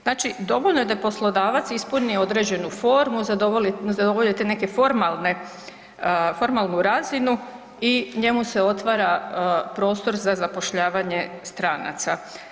Znači dovoljno da je poslodavac ispunio određenu formu, zadovolji te neke formalnu razinu i njemu se otvara prostor za zapošljavanje stranaca.